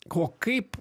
ko kaip